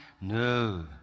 No